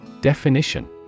Definition